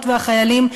החיילות והחיילים,